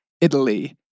Italy